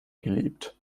geliebt